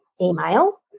email